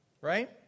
Right